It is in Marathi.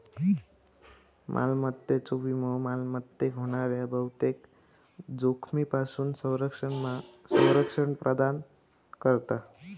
मालमत्तेचो विमो मालमत्तेक होणाऱ्या बहुतेक जोखमींपासून संरक्षण प्रदान करता